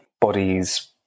bodies